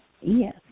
Yes